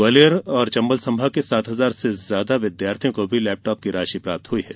ग्वालियर चंबल संभाग के सात हजार से ज्यादा विद्यार्थियों को भी लैपटॉप की राशि प्राप्त हुई है